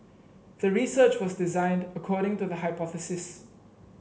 the research was designed according to the hypothesis